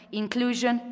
inclusion